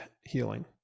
healing